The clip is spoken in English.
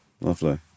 Lovely